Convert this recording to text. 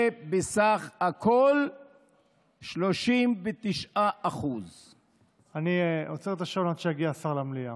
זה בסך הכול 39%. אני עוצר את השעון עד שיגיע שר למליאה.